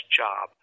job